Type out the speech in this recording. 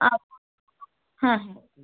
আচ্ছা হ্যাঁ হ্যাঁ